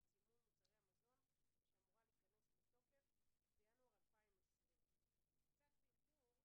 סימון מוצרי המזון שאמורה להיכנס לתוקף בינואר 2020. אנחנו קצת באיחור.